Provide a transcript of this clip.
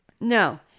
No